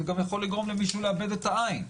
זה גם יכול לגרום למישהו לאבד את העין.